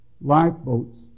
lifeboats